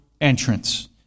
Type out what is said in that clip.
entrance